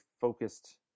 focused